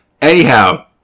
Anyhow